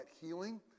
healing